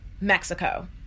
Mexico